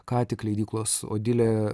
ką tik leidyklos odilė